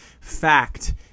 fact